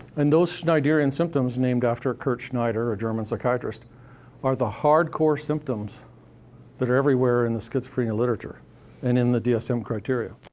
and those schneiderian symptoms named after kurt schneider, a german psychiatrist are the hardcore symptoms that are everywhere in the schizophrenia literature and in the dsm criteria.